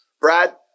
Brad